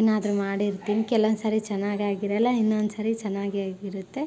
ಏನಾದರೂ ಮಾಡಿರ್ತೀನಿ ಕೆಲವೊಂದು ಸರಿ ಚೆನ್ನಾಗಿ ಆಗಿರೋಲ್ಲ ಇನ್ನೊಂದು ಸಾರಿ ಚೆನ್ನಾಗಿಯೇ ಆಗಿರುತ್ತೆ